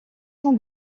son